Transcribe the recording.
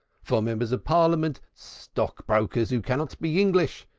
for members of parliament stockbrokers who cannot speak english,